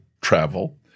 travel